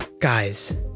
Guys